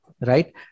right